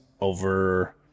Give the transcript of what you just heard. over